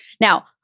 Now